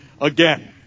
again